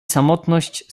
samotność